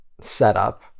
setup